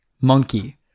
monkey